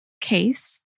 case